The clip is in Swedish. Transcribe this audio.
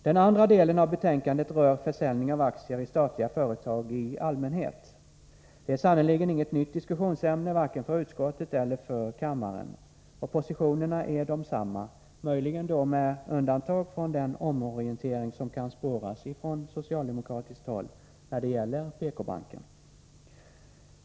Den andra delen av betänkandet rör försäljning av aktier i statliga företag i allmänhet. Det är sannerligen inget nytt diskussionsämne, varken för utskottet eller för kammaren. Och positionerna är desamma — möjligen med undantag för den omorientering från socialdemokratiskt håll som kan spåras när det gäller PK-banken.